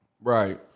Right